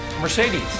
Mercedes